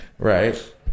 Right